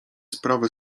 sprawy